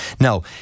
now